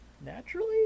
naturally